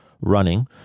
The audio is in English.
running